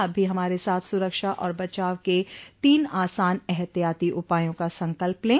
आप भी हमारे साथ सुरक्षा और बचाव के तीन आसान एहतियाती उपायों का संकल्प लें